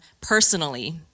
personally